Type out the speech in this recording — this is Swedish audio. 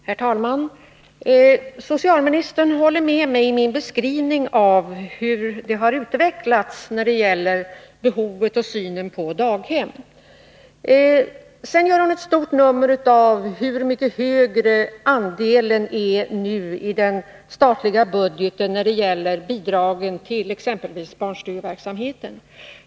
Herr talman! Socialministern instämmer i min beskrivning av hur behovet av och synen på daghem har utvecklats. Sedan gör hon ett stort nummer av hur mycket högre andelen av bidragen till exempelvis barnstugeverksamheten nu är i den statliga budgeten.